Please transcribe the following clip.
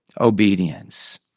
obedience